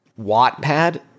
Wattpad